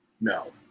No